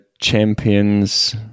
Champions